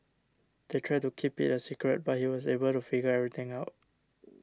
they tried to keep it a secret but he was able to figure everything out